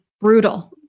brutal